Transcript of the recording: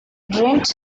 dreamt